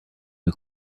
new